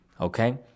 Okay